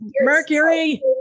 Mercury